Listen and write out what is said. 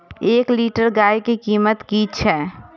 एक लीटर गाय के कीमत कि छै?